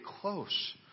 close